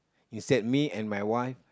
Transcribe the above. you said me and my wife